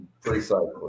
Precisely